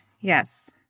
Yes